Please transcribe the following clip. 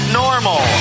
normal